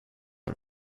are